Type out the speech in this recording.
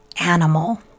animal